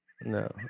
No